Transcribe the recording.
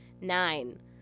nine